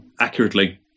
accurately